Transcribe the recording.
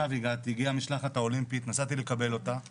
כי נסעתי לקבל את המשלחת האולימפית.